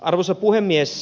arvoisa puhemies